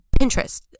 Pinterest